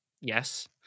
yes